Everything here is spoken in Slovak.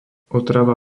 otrava